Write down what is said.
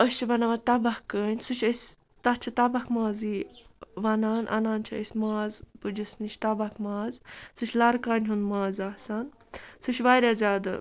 أسۍ چھِ بناوان تَبَکھ کٲنۍ سُہ چھِ أسۍ تَتھ چھِ تَبَکھ مازٕے وَنان اَنان چھِ أسۍ ماز پٕجَس نِش تَبَکھ ماز سُہ چھِ لَرٕ کانہِ ہُنٛد ماز آسان سُہ چھِ واریاہ زیادٕ